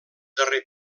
darrer